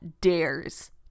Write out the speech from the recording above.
dares